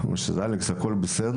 הוא אמר לי: "אלכס, הכל בסדר.